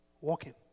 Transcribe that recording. walking